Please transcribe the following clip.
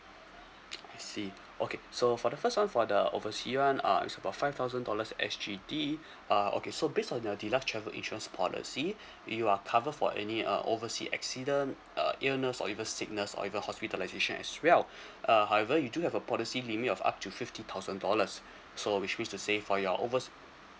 I see okay so for the first one for the oversea [one] uh is about five thousand dollars S_G_D uh okay so based on your deluxe travel insurance policy you are covered for any uh oversea accident uh illness or even sickness or even hospitalisation as well uh however you do have a policy limit of up to fifty thousand dollars so which means to say for your over